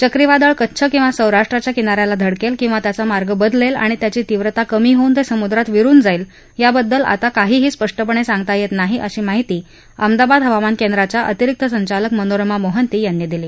चक्रीवादळ कच्छ किंवा सौराष्ट्राच्याकिना याला धडकेल किंवा त्याचा मार्ग बदलेल किंवा त्यांची तीव्रता कमी होऊन ते समुद्रात विरुन जाईल याबाबत आता काहीही स्पष्टपणे सांगता येत नाही अशी माहिती अहमदाबाद हवामान केंद्राच्या अतिरिक्त संचालक मनोरमा मोहंती यांनी दिली